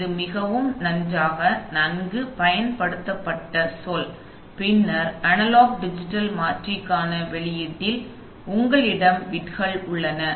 இது மிகவும் நன்றாக நன்கு பயன்படுத்தப்பட்ட சொல் பின்னர் அனலாக் டிஜிட்டல் மாற்றிக்கான வெளியீட்டில் உங்களிடம் பிட்கள் உள்ளன